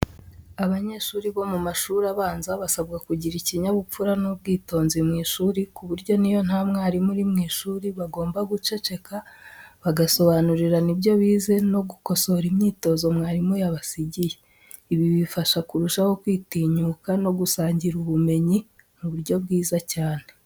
Abanyeshuri bo mu mashuri abanza basabwa kugira ikinyabupfura n’ubwitonzi mu ishuri, ku buryo n'iyo nta mwarimu uri mu ishuri, bagomba guceceka, bagasobanurirana ibyo bize no gukosora imyitozo mwarimu yabasigiye. Ibi bibafasha kurushaho kwitinyuka no gusangira ubumenyi mu buryo bwiza cyane.